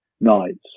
nights